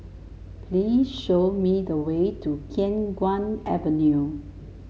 please show me the way to Khiang Guan Avenue